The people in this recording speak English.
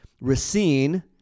Racine